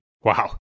Wow